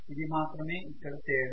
ఇది మాత్రమే ఇక్కడ తేడా